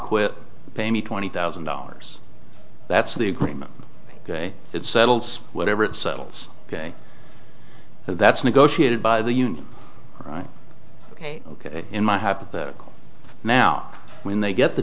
quit pay me twenty thousand dollars that's the agreement it settles whatever it settles ok that's negotiated by the union right ok ok in my hypothetical now when they get the